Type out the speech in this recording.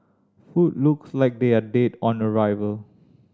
food looks like they are dead on arrival